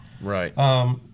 Right